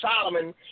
Solomon